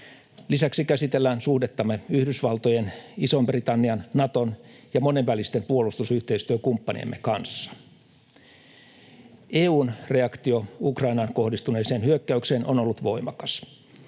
Lisäksi käsitellään suhdettamme Yhdysvaltojen, Ison-Britannian, Naton ja monenvälisten puolustusyhteistyökumppaniemme kanssa. EU:n reaktio Ukrainaan kohdistuneeseen hyökkäykseen on ollut voimakas.